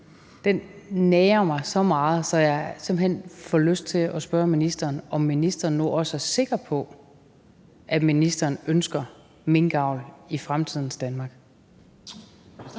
nager mig så meget, at jeg simpelt hen får lyst til at spørge ministeren, om ministeren nu også er sikker på, at han ønsker minkavl i fremtidens Danmark.